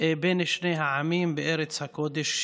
בין שני העמים בארץ הקודש,